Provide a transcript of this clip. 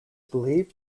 believed